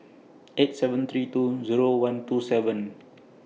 eight seven three two Zero one two seven